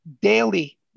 daily